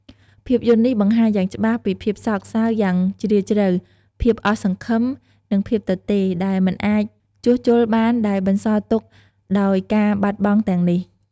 ភាពយន្តនេះបង្ហាញយ៉ាងច្បាស់ពីភាពសោកសៅយ៉ាងជ្រាលជ្រៅ ភាពអស់សង្ឃឹម និងភាពទទេរដែលមិនអាចជួសជុលបានដែលបន្សល់ទុកដោយការបាត់បង់ទាំងនេះ។